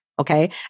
okay